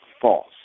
false